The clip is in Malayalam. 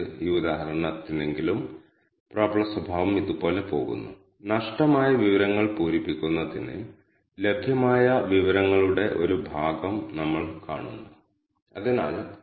ഈ ഡാറ്റ നിങ്ങളുടെ R പരിതസ്ഥിതിയിൽ ലഭിച്ചുകഴിഞ്ഞാൽ നിങ്ങൾക്ക് വ്യൂ ഫംഗ്ഷൻ ഉപയോഗിച്ച് ഡാറ്റ ഫ്രെയിം കാണാൻ കഴിയും